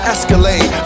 Escalade